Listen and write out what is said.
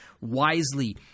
wisely